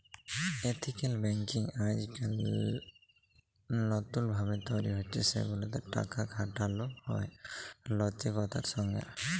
ethical banking আইজকাইল লতুল ভাবে তৈরি হছে সেগুলাতে টাকা খাটালো হয় লৈতিকতার সঙ্গে